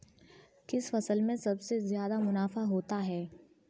किस फसल में सबसे जादा मुनाफा होता है?